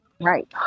Right